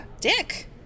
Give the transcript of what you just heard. Dick